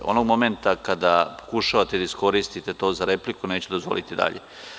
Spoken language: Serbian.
Onog momenta kada pokušavate da iskoristite to za repliku, neću dozvoliti dalje.